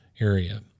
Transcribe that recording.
area